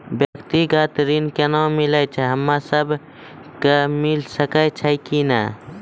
व्यक्तिगत ऋण केना मिलै छै, हम्मे सब कऽ मिल सकै छै कि नै?